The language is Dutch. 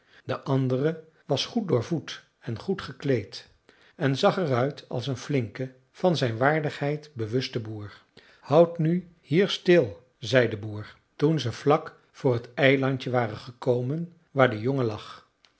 de andere was goed doorvoed en goed gekleed en zag er uit als een flinke van zijn waardigheid bewuste boer houd nu hier stil zei de boer toen ze vlak voor het eilandje waren gekomen waar de jongen lag